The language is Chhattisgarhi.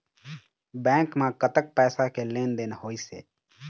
बैंक म कतक पैसा के लेन देन होइस हे?